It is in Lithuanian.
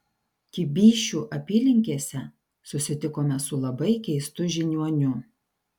kibyšių apylinkėse susitikome su labai keistu žiniuoniu